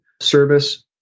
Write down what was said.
service